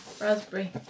Raspberry